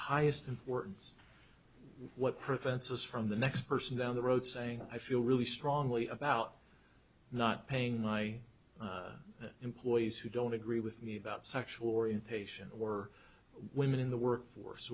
highest importance what prevents us from the next person down the road saying i feel really strongly about not paying my employees who don't agree with me about sexual orientation or women in the workforce